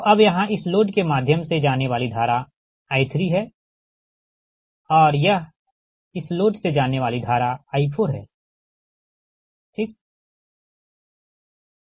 तोअब यहाँ इस लोड के माध्यम से जाने वाली धारा I3हैऔर यह इस लोड से जाने वाली धारा I4है ठीक